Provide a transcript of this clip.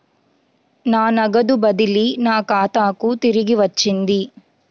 నా నగదు బదిలీ నా ఖాతాకు తిరిగి వచ్చింది